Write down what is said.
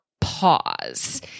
pause